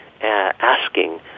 asking